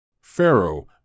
pharaoh